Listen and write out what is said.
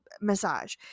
massage